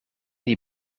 die